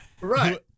Right